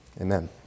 Amen